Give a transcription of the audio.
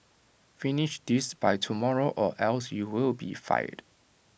finish this by tomorrow or else you will be fired